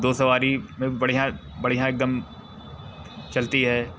दो सवारी में बढ़िया बढ़िया एकदम चलती है